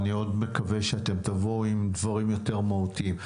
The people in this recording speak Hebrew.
אני עוד מקווה שאתם תבואו עם דברים יותר מהותיים.